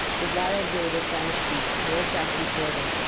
the wild wave of famished beasts rolled back before them,